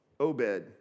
Obed